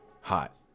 Hot